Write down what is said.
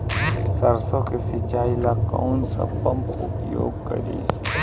सरसो के सिंचाई ला कौन सा पंप उपयोग करी?